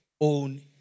own